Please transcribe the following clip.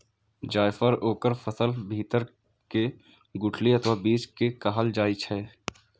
जायफल ओकर फलक भीतर के गुठली अथवा बीज कें कहल जाइ छै